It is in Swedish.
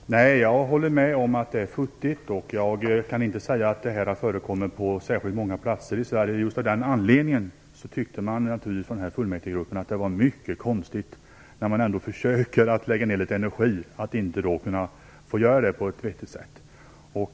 Fru talman! Nej, jag håller med om att det är futtigt. Jag kan inte säga att det här har förekommit på särskilt många platser i Sverige. Just av den anledningen tyckte naturligtvis den här fullmäktigegruppen att det var mycket konstigt att man, när man ändå försöker lägga ner litet energi på arbetet, inte kunde få göra det på ett vettigt sätt.